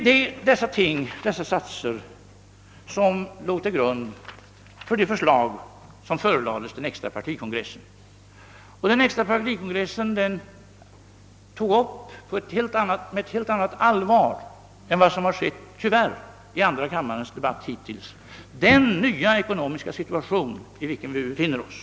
Det är dessa satser som lades till grund för det förslag, som förelades den extra partikongressen, och denna kongress tog med ett helt annat allvar än vad som tyvärr varit fallet i andra kammarens debatt i dag upp den nya ekonomiska situation, i vilken vi befinner OSS.